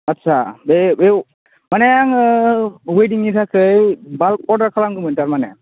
आच्चा बै बे माने आङो अवेडिंनि थाखाय बाल्ब अरडार खालामगोमोन थारमाने